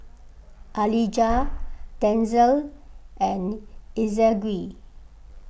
Alijah Denzel and Ezequiel